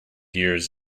years